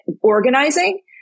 organizing